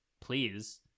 please